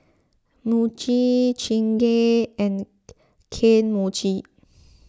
Muji Chingay and Kane Mochi